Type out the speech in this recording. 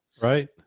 Right